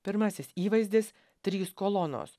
pirmasis įvaizdis trys kolonos